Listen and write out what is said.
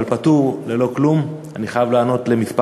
אבל פטור ללא כלום, אני חייב לענות על כמה דברים.